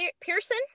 Pearson